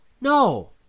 No